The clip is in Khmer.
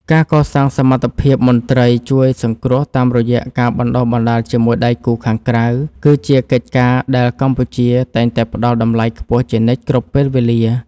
ការកសាងសមត្ថភាពមន្ត្រីជួយសង្គ្រោះតាមរយៈការបណ្តុះបណ្តាលជាមួយដៃគូខាងក្រៅ គឺជាកិច្ចការដែលកម្ពុជាតែងតែផ្តល់តម្លៃខ្ពស់ជានិច្ចគ្រប់ពេលវេលា។